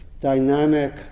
dynamic